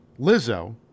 Lizzo